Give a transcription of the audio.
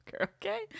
okay